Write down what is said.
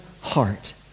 heart